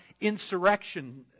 insurrection